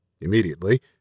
Immediately